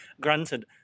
Granted